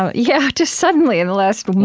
ah yeah, just suddenly in the last